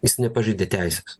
jis nepažeidė teisės